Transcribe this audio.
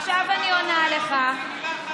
את חוזרת לשפה הלא-ראויה?